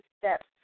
steps